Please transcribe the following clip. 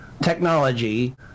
technology